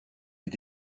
est